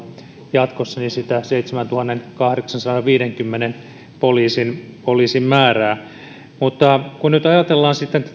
jatkossa sitä seitsemäntuhannenkahdeksansadanviidenkymmenen poliisin määrää mutta kun nyt ajatellaan sitten